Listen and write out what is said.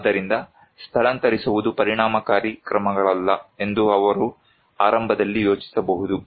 ಆದ್ದರಿಂದ ಸ್ಥಳಾಂತರಿಸುವುದು ಪರಿಣಾಮಕಾರಿ ಕ್ರಮಗಳಲ್ಲ ಎಂದು ಅವರು ಆರಂಭದಲ್ಲಿ ಯೋಚಿಸಬಹುದು